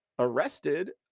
arrested